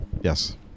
Yes